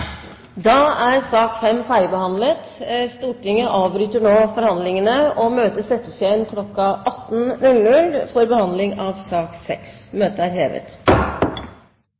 Da er sak nr. 5 ferdigbehandlet. Stortinget avbryter nå forhandlingene, og nytt møte settes